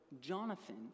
Jonathan